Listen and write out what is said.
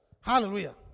Hallelujah